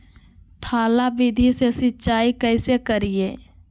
थाला विधि से सिंचाई कैसे करीये?